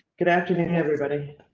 good afternoon. everybody